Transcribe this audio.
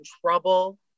trouble